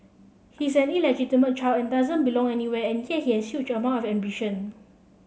he's an illegitimate child and doesn't belong anywhere and yet he amount ambition